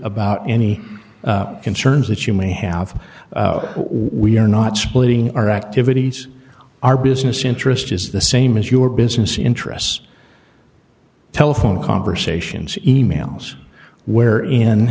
about any concerns that you may have we are not splitting our activities our business interest is the same as your business interests telephone conversations emails where in